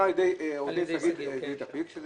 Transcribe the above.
אמרה עורכת הדין שגית אפיק.